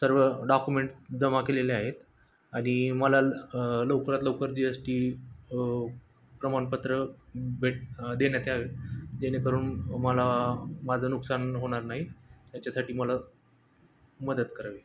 सर्व डाक्युमेंट जमा केलेले आहेत आणि मला लवकरात लवकर जी एस टी प्रमाणपत्र भेट देण्यात यावे जेणेकरून मला माझं नुकसान होणार नाही याच्यासाठी मला मदत करावी